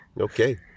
Okay